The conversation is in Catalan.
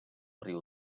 riu